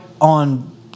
on